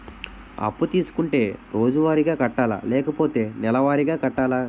అప్పు తీసుకుంటే రోజువారిగా కట్టాలా? లేకపోతే నెలవారీగా కట్టాలా?